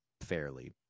fairly